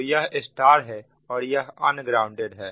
तो यह स्टार है और यह अनग्राउंडेड है